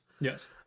Yes